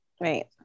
Right